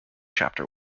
chapter